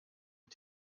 mit